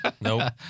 Nope